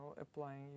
applying